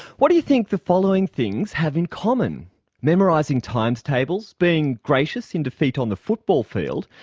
what do you think the following things have in common memorising times tables, being gracious in defeat on the football field,